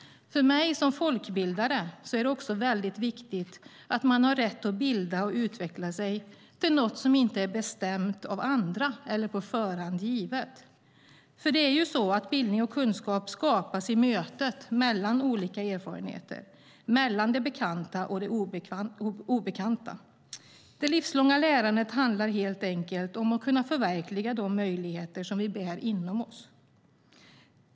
För mig som folkbildare är det också väldigt viktigt att man har rätt att bilda och utveckla sig till något som inte är bestämt av andra eller på förhand givet. Bildning och kunskap skapas i mötet mellan olika erfarenheter och mellan det bekanta och det obekanta. Det livslånga lärandet handlar helt enkelt om att kunna förverkliga de möjligheter som vi bär inom oss.